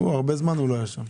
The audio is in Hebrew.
הרבה זמן לא היה שם.